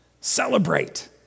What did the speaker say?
celebrate